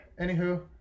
Anywho